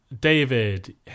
David